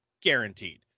Guaranteed